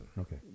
Okay